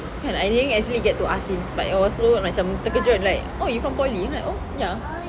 oh I didn't really actually get to ask him but it was so macam terkejut like oh you from polytechnic I'm like oh ya